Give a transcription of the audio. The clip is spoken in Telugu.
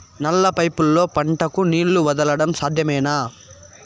నల్ల పైపుల్లో పంటలకు నీళ్లు వదలడం సాధ్యమేనా?